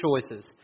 choices